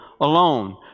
alone